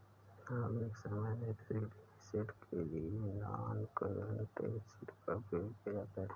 आधुनिक समय में फिक्स्ड ऐसेट के लिए नॉनकरेंट एसिड का प्रयोग किया जाता है